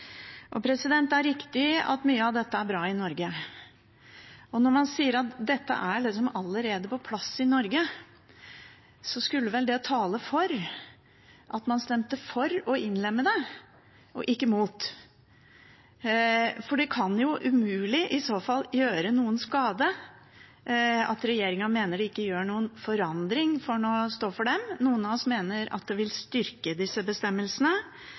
Det er riktig at mye av dette er bra i Norge. Når man sier at dette allerede er på plass i Norge, skulle vel det tale for at man stemte for å innlemme det, og ikke mot, for det kan i så fall umulig gjøre noen skade. At regjeringen mener det ikke gjør noen forandring, får nå stå for dem. Noen av oss mener at det vil styrke disse bestemmelsene.